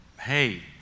hey